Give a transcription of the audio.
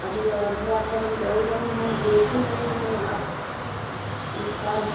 अभी अयोध्या तो हम गई नहीं हूँ देखी नहीं हूँ अब इस बार